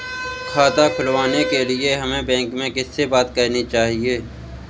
खाता खुलवाने के लिए हमें बैंक में किससे बात करनी चाहिए?